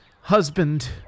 husband